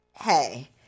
hey